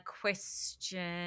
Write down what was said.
question